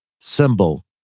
symbol